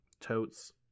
Totes